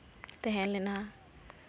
ᱛᱟᱦᱮᱸ ᱞᱮᱱᱟ